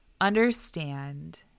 understand